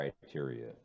criteria